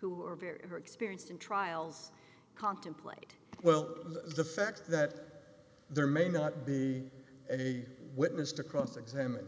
who are very experienced in trials contemplated well the fact that there may not be any witness to cross examine